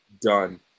done